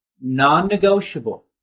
Non-negotiable